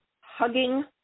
hugging